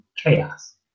chaos